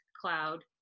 cloud